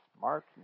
Mark